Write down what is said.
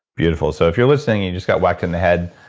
beautiful. so if you're listening and you just got whacked in the head,